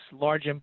large